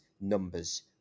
numbers